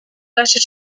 letter